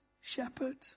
shepherd